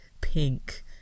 pink